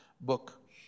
book